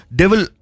devil